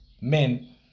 men